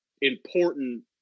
important